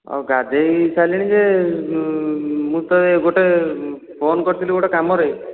ଆଉ ଗାଧୋଇ ସାରିଲି ଯେ ମୁଁ ତେ ଫୋନ କରିଥିଲି ଗୋଟିଏ କାମରେ